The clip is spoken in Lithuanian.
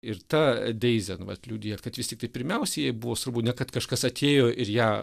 ir ta deizė nu vat liudija kad vis tiktai pirmiausia jai buvo svarbu ne kad kažkas atėjo ir ją